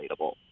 relatable